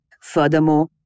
Furthermore